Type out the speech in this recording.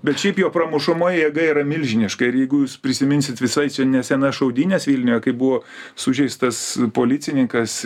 bet šiaip jo pramušamoji jėga yra milžiniška ir jeigu jūs prisiminsit visai čia nesenas šaudynes vilniuje kai buvo sužeistas policininkas